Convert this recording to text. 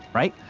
right?